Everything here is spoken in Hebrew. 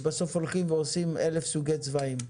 ובסוף הולכים ועושים אלף סוגי צבעים.